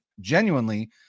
genuinely